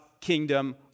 kingdom